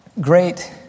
great